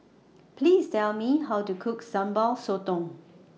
Please Tell Me How to Cook Sambal Sotong